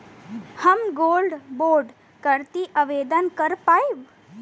हम gold bond करती आवेदन कर पाईब?